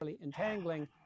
entangling